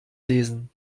lesen